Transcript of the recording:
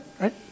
right